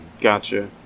Gotcha